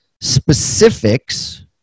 specifics